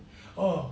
orh